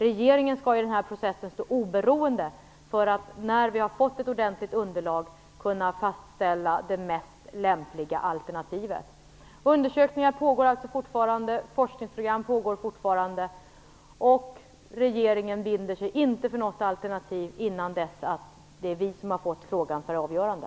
Regeringen skall i den här processen stå oberoende för att efter att ha fått ett ordentligt underlag kunna fastställa det mest lämpliga alternativet. Undersökningar och forskningsprogram pågår alltså fortfarande. Vi i regeringen binder oss inte för något alternativ förrän vi har fått frågan för avgörande.